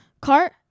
cart